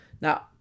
Now